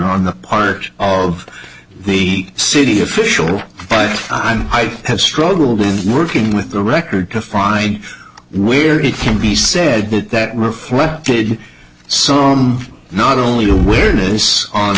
on the part of the city officials but i'm i have struggled in working with the record to find where it can be said that that reflected some not only awareness on